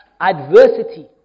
adversity